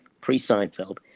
pre-Seinfeld